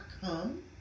come